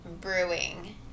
brewing